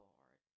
Lord